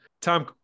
Tom